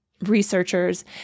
researchers